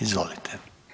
Izvolite.